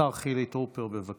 השר חילי טרופר, בבקשה.